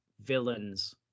villains